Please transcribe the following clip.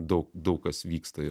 daug daug kas vyksta ir